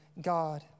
God